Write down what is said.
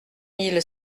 mille